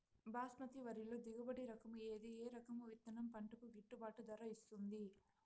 బాస్మతి వరిలో దిగుబడి రకము ఏది ఏ రకము విత్తనం పంటకు గిట్టుబాటు ధర ఇస్తుంది